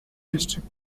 district